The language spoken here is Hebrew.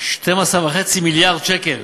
12.5 מיליארד שקל